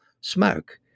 smoke